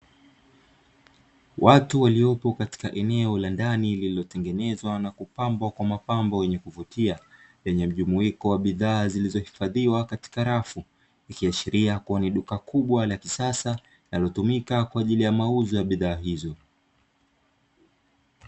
Watu waliopo katika eneo la ndani lililotengenezwa na kupambwa kwa mapambo yenye kuvutia, lenye mjumuiko wa bidhaa zilizohifadhiwa katika rafu ikiashiria kuwa ni duka kubwa la kisasa linalotumika kwa ajili ya mauzo ya bidhaa hizo.